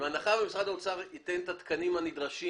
ובהנחה ומשרד האוצר ייתן את התקנים הנדרשים